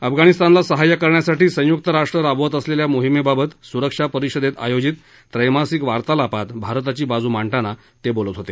अफगाणिस्तानला सहाय्य करण्यासाठी संयुक्त राष्ट्र राबवत असलेल्या मोहिमेबाबत सुरक्षा परिषदेत आयोजित त्रैमासिक वार्तालापात भारताची बाजू मांडताना ते बोलत होते